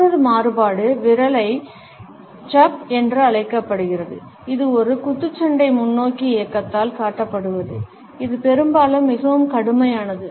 மற்றொரு மாறுபாடு விரல் ஜப் என்று அழைக்கப்படுகிறது இது ஒரு குத்துச்சண்டை முன்னோக்கி இயக்கத்தால் காட்டப்படுகிறது இது பெரும்பாலும் மிகவும் கடுமையானது